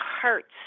hurts